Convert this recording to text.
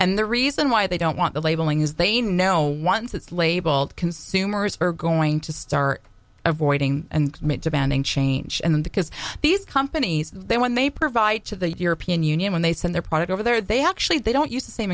and the reason why they don't want the labeling is they know once it's labeled consumers are going to start avoiding and demanding change and because these companies they when they provide to the european union when they send their product over there they actually they don't use the same